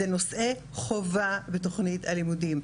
זה נושא חובה בתוכנית הלימודים,